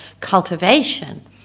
cultivation